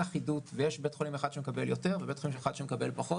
אחידות ויש בית חולים אחד שמקבל יותר ובית חולים אחד שמקבל פחות,